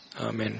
Amen